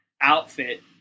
outfit